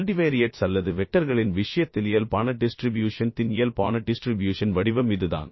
multivariates அல்லது வெக்டர்களின் விஷயத்தில் இயல்பான டிஸ்ட்ரிபியூஷன்த்தின் இயல்பான டிஸ்ட்ரிபியூஷன் வடிவம் இதுதான்